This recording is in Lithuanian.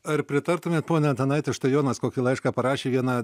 ar pritartumėt pone antanaiti štai jonas kokį laišką parašė vieną